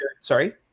sorry